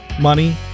money